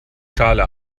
schale